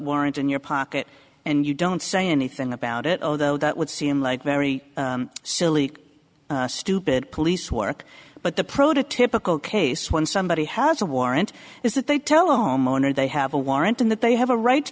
warrants in your pocket and you don't see any think about it although that would seem like very silly stupid police work but the prototypical case when somebody has a warrant is that they tell a homeowner they have a warrant and that they have a right to